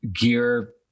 gear